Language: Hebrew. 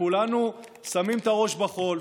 וכולנו שמים את הראש בחול,